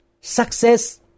success